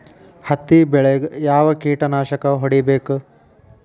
ಹತ್ತಿ ಬೆಳೇಗ್ ಯಾವ್ ಕೇಟನಾಶಕ ಹೋಡಿಬೇಕು?